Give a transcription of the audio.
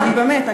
אני באמת,